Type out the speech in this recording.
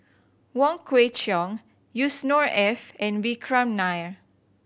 Wong Kwei Cheong Yusnor Ef and Vikram Nair